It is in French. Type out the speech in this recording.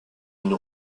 une